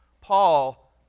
Paul